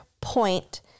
point